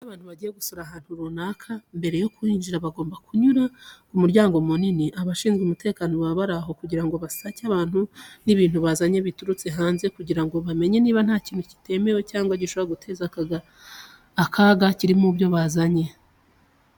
Iyo abantu bagiye gusura ahantu runaka, mbere yo kwinjira bagomba kunyura ku muryango munini. Abashinzwe umutekano baba bari aho, kugira ngo basake abantu n'ibintu bazanye biturutse hanze, kugira ngo bamenye niba nta kintu kitemewe cyangwa gishobora guteza akaga kiri mu byo bazanye.